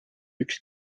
üks